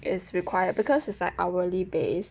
is required because it's like hourly based